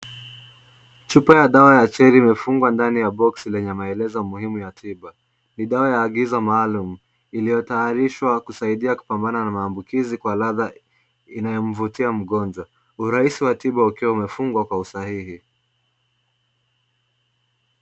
Chupa ya dawa ya cherry imefungwa ndani ya boxi lenye maelezo muhimu ya tiba. Ni dawa ya agizo maalum iliyo tayarishwa kusaidia kupambana na maambukizi kwa ladha inayo mvutia mgonjwa. Urahisi wa tiba ukiwa umefungwa kwa usahihi.